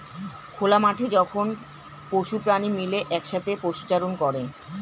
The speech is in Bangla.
খোলা মাঠে যখন পশু প্রাণী মিলে একসাথে পশুচারণ করে